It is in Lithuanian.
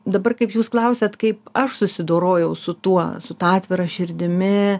dabar kaip jūs klausiat kaip aš susidorojau su tuo su ta atvira širdimi